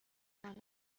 کند